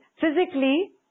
physically